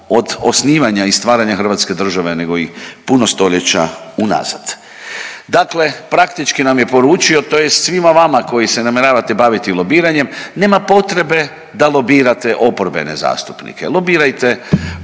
od osnivanja i stvaranja Hrvatske države, nego i puno stoljeća unazad. Dakle, praktički nam je poručio, tj. svima vama koji se namjeravate baviti lobiranjem nema potrebe da lobirate oporbene zastupnike. Lobirajte